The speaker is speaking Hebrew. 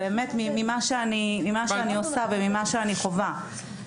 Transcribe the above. ממה שאני שעושה וממה שאני חווה.